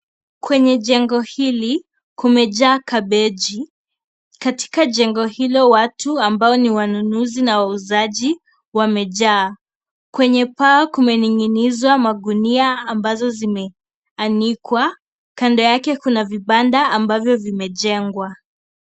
Kwenye jengo hili kumejaa kabeji, katika jengo hilo watu ambao ni wanunuzi na wauzaji wamejaa. Kwenye paa kumeninginizwa magunia ambazo zimeanikwa kando yake kuna vibanda ambavyo vimejengwa.